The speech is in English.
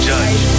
Judge